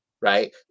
Right